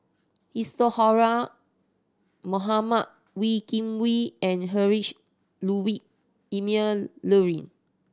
Isadhora Mohamed Wee Kim Wee and Heinrich Ludwig Emil Luering